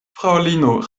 fraŭlino